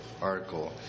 article